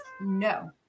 No